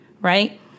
Right